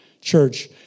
church